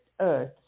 earth